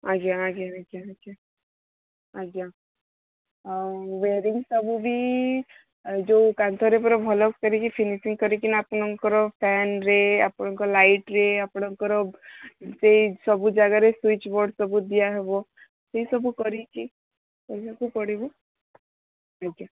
ଆଜ୍ଞା ଆଜ୍ଞା ଆଜ୍ଞା ଆଜ୍ଞା ଆଜ୍ଞା ଆଉ ୱେୟରିଙ୍ଗ୍ ସବୁ ବି ଯୋଉ କାନ୍ଥରେ ପୁରା ଭଲ କରିକି ଫିନିସିଙ୍ଗ୍ କରିକିନା ଆପଣଙ୍କର ଫ୍ୟାନ୍ରେ ଆପଣଙ୍କ ଲାଇଟ୍ରେ ଆପଣଙ୍କର ସେଇ ସବୁ ଜାଗାରେ ସୁଇଚ୍ ବୋର୍ଡ୍ ସବୁ ଦିଆହେବ ସେଇ ସବୁ କରିକି କରିବାକୁ ପଡ଼ିବ ଆଜ୍ଞା